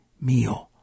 meal